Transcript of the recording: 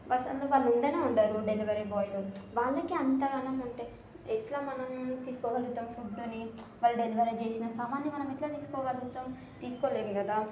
అసలు వాళ్ళు ఉండనే ఉండరు డెలివరీ బాయ్లు వాళ్ళకే అంతగనం ఉంటే ఎట్లా మనం తీసుకోగలుగుతాము ఫుడ్డుని వాళ్ళు డెలివరీ చేసిన సామానుని ఎట్లా తీసుకోగలుగుతాము తీసుకోలేము కదా